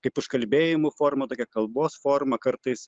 kaip užkalbėjimų forma tokia kalbos forma kartais